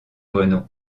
renault